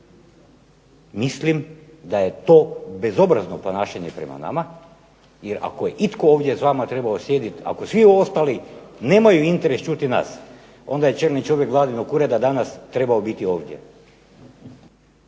Mislim da je to bezobrazno ponašanje prema nama, jer ako je itko ovdje s vama trebao sjediti, ako svi ostali nemaju interes čuti nas, onda je čelni čovjek Vladinog ureda danas trebao biti ovdje.